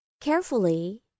Carefully